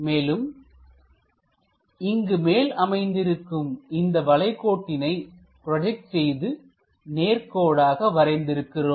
மேலும் இங்கு மேல் அமைந்திருக்கும் இந்த வலைகோட்டினை ப்ராஜெக்ட் செய்து நேர்கோடாக வரைந்து இருக்கிறோம்